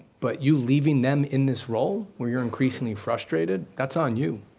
but you leaving them in this role when you're increasingly frustrated, that's on you.